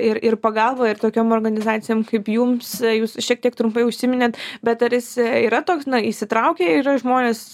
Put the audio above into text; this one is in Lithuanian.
ir ir pagalba ir tokiom organizacijom kaip jums jūs šiek tiek trumpai užsiminėt bet ar jis yra toks na įsitraukę yra žmonės